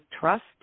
trust